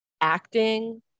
acting